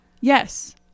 Yes